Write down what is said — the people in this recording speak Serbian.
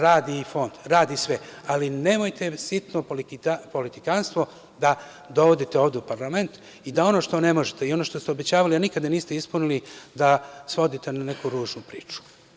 Radi i fond, radi sve, ali nemojte sitno politikanstvo da dovodite ovde u parlament i da ono što ne možete i ono što ste obećavali, a nikada niste ispunili, da svodite na neku ružnu priču.